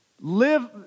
Live